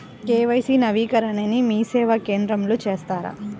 KYC నవీకరణని మీసేవా కేంద్రం లో చేస్తారా?